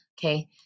Okay